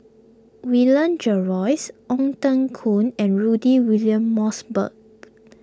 William Jervois Ong Teng Koon and Rudy William Mosbergen